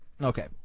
Okay